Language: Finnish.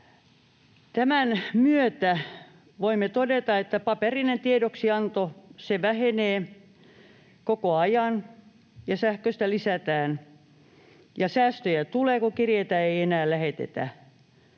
Tämän myötä voimme todeta, että paperinen tiedoksianto vähenee koko ajan ja sähköistä lisätään ja säästöjä tulee, kun kirjeitä ei enää lähetetä.